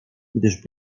gdyż